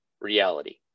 reality